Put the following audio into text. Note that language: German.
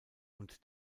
und